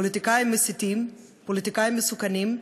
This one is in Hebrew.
פוליטיקאים מסיתים, פוליטיקאים מסוכנים,